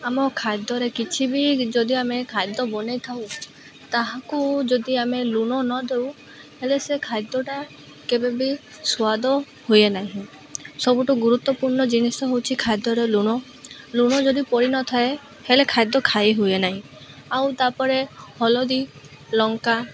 ଆମ ଖାଦ୍ୟରେ କିଛି ବି ଯଦି ଆମେ ଖାଦ୍ୟ ବନାଇଥାଉ ତାହାକୁ ଯଦି ଆମେ ଲୁଣ ନ ଦେଉ ହେଲେ ସେ ଖାଦ୍ୟଟା କେବେବି ସ୍ୱାଦ ହୁଏ ନାହିଁ ସବୁଠୁ ଗୁରୁତ୍ୱପୂର୍ଣ୍ଣ ଜିନିଷ ହେଉଛି ଖାଦ୍ୟରେ ଲୁଣ ଲୁଣ ଯଦି ପଡ଼ି ନଥାଏ ହେଲେ ଖାଦ୍ୟ ଖାଇ ହୁଏ ନାହିଁ ଆଉ ତାପରେ ହଳଦୀ ଲଙ୍କା